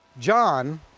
John